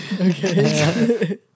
Okay